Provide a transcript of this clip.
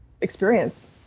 experience